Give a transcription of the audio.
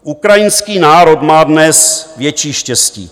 Ukrajinský národ má dnes větší štěstí.